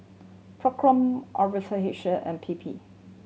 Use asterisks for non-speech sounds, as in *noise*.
Procom R V *unintelligible* and P P